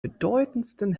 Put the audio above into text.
bedeutendsten